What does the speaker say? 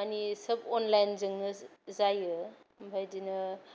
माने सोब अनलाइनजोंनो जायो ओमफ्राय इदिनो